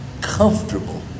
comfortable